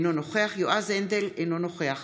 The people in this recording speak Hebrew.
אינו נוכח יועז הנדל, אינו נוכח